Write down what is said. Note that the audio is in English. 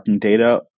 data